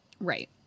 Right